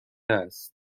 است